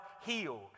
healed